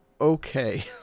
okay